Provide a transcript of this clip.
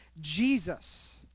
Jesus